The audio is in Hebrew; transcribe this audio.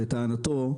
לטענתנו,